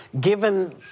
given